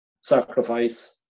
sacrifice